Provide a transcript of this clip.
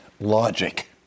logic